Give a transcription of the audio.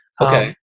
Okay